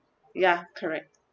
ya correct